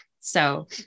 So-